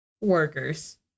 workers